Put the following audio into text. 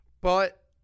But-